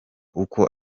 uko